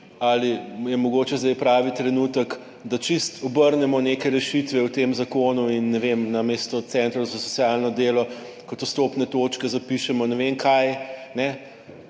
ali je mogoče zdaj pravi trenutek, da čisto obrnemo neke rešitve v tem zakonu in ne vem, namesto centrov za socialno delo kot vstopne točke zapišemo ne vem kaj.